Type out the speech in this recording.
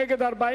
נגד,